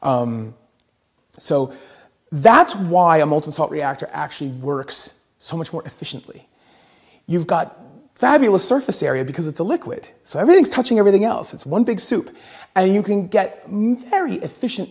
earth so that's why a multi reactor actually works so much more efficiently you've got fabulous surface area because it's a liquid so everything is touching everything else it's one big soup and you can get very efficient